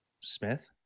Smith